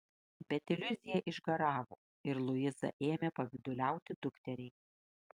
bet iliuzija išgaravo ir luiza ėmė pavyduliauti dukteriai